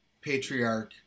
patriarch